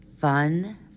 fun